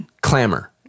Clamor